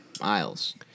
miles